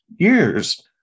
years